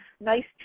nice